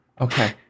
Okay